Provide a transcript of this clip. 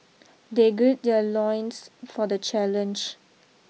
they gird their loins for the challenge